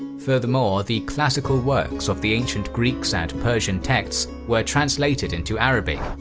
furthermore, the classical works of the ancient greeks and persian texts were translated into arabic,